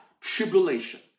tribulation